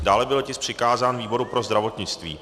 Dále byl tisk přikázán výboru pro zdravotnictví.